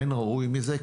אין ראוי מזה,